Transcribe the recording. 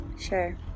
Sure